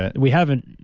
and we haven't.